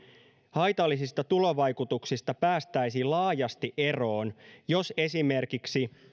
haitallisista tulovaikutuksista päästäisiin laajasti eroon jos esimerkiksi